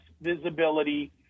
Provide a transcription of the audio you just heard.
visibility